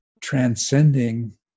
transcending